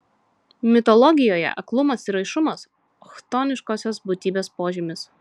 mitologijoje aklumas ir raišumas chtoniškosios būtybės požymis